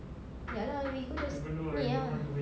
ya lah we go the ini ah